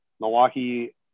Milwaukee